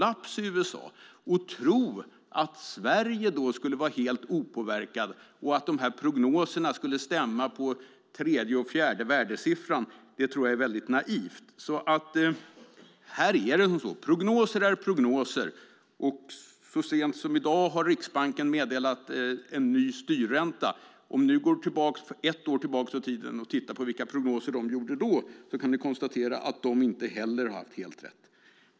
Att då tro att Sverige skulle förbli opåverkat och att prognoserna skulle stämma ned på tredje och fjärde värdesiffran är väldigt naivt. Prognoser är prognoser. Så sent som i dag har Riksbanken meddelat en ny styrränta. Om vi tittar på de prognoser som Riksbanken gjorde för ett år sedan kan vi konstatera att inte heller de har haft helt rätt.